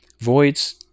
voids